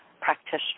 practitioner